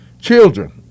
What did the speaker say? children